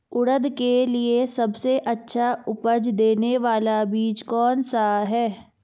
उड़द के लिए सबसे अच्छा उपज देने वाला बीज कौनसा है?